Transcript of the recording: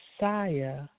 Messiah